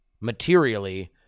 materially